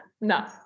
no